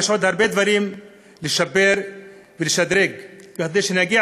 יש עוד הרבה דברים לשפר ולשדרג כדי שנגיע